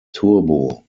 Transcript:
turbo